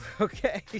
okay